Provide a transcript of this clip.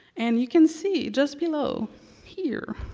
and you can see just below here,